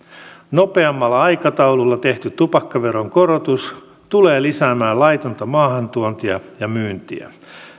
nopeammalla aikataululla tehty tupakkaveron korotus tulee lisäämään laitonta maahantuontia ja myyntiä